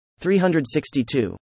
362